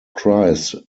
christ